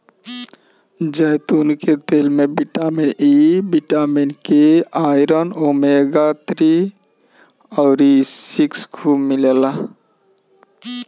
जैतून के तेल में vitamin E, vitamin K, iron, omega three अउरी सिक्स खूब मिलेला